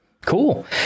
Cool